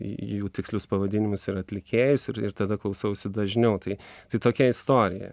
į jų tikslius pavadinimus ir atlikėjus ir i tada klausausi dažniau tai tai tokia istorija